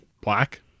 Black